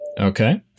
Okay